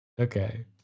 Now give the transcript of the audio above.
okay